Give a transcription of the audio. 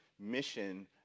mission